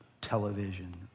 television